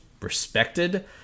respected